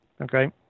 Okay